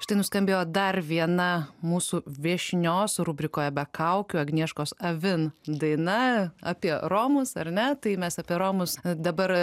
štai nuskambėjo dar viena mūsų viešnios rubrikoje be kaukių agnieškos avin daina apie romus ar ne tai mes apie romus dabar